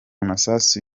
masasu